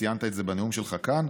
וציינת את זה בנאום שלך כאן,